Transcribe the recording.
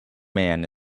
man